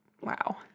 wow